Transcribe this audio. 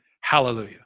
Hallelujah